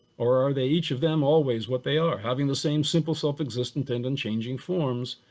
or are they each of them always what they are having the same simple self-existence and unchanging forms,